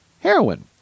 heroin